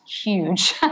huge